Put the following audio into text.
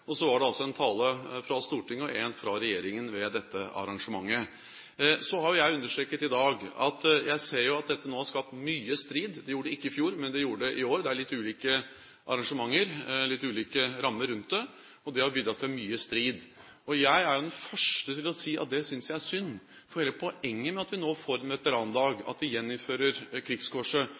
Så var det en tale fra Stortinget, og en fra regjeringen, ved dette arrangementet. Så har jeg understreket i dag at jeg ser at dette nå har skapt mye strid. Det gjorde det ikke i fjor, men det gjorde det i år. Det er litt ulike arrangementer, litt ulike rammer rundt det, og det har bidratt til mye strid. Jeg er den første til å si at det synes jeg er synd. For hele poenget med at vi nå får en veterandag, at vi gjeninnfører